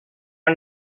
and